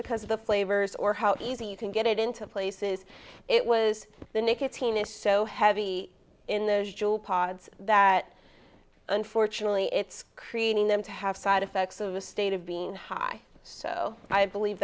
because of the flavors or how easy you can get it into places it was the nicotine is so heavy in the pods that unfortunately it's creating them to have side effects of a state of being high so i believe